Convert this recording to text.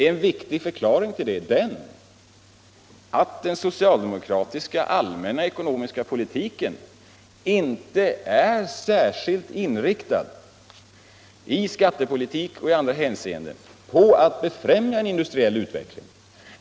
En viktig förklaring härtill är att den socialdemokratiska allmänna ekonomiska politiken inte är särskilt inriktad — när det gäller skattepolitiken och i andra hänseenden — på att befrämja en industriell utveckling.